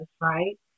right